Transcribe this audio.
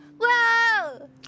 Whoa